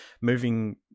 moving